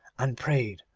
and prayed,